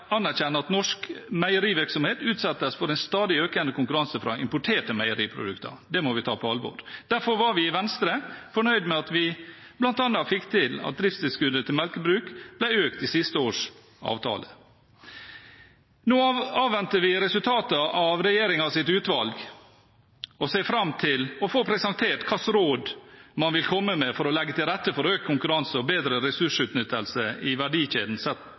anerkjenne at norsk meierivirksomhet utsettes for en stadig økende konkurranse fra importerte meieriprodukter. Det må vi ta på alvor. Derfor var vi i Venstre fornøyd med at vi bl.a. fikk til at driftstilskuddet til melkebruk ble økt i siste års avtale. Nå avventer vi resultatene av regjeringens utvalg og ser fram til å få presentert hvilke råd man vil komme med for å legge til rette for økt konkurranse og bedre ressursutnyttelse i verdikjeden